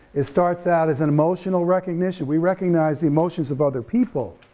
it starts out as an emotional recognition, we recognize the emotions of other people,